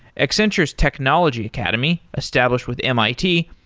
accenture's technology academy, established with mit,